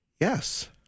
yes